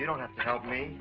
you don't have to help me